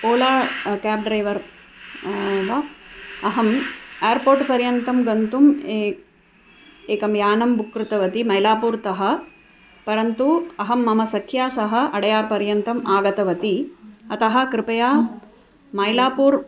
Ola cab driver वा अहम् एर्पोर्ट्पर्यन्तं गन्तुम् ए एकं यानं बुक् कृतवती मैलापुर्तः परन्तु अहं मम सख्या सह अडयार्पर्यन्तम् आगतवती अतः कृपया मैलापुर्